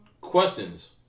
Questions